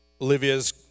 Olivia's